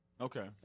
Okay